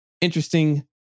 interesting